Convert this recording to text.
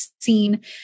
seen